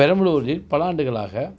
பெரம்பலூரில் பல ஆண்டுகளாக